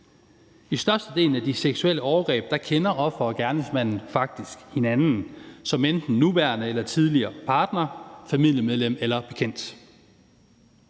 I størstedelen af de seksuelle overgreb kender offer og gerningsmand faktisk hinanden som enten nuværende eller tidligere partnere, familiemedlemmer eller bekendte.